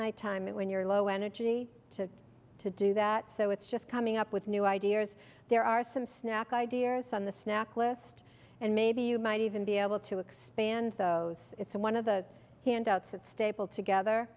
nighttime when you're low energy to to do that so it's just coming up with new ideas there are some snack ideas on the snack list and maybe you might even be able to expand those it's one of the handouts at staple together